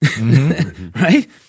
right